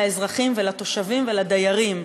לאזרחים ולתושבים ולדיירים,